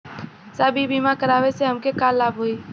साहब इ बीमा करावे से हमके का लाभ होई?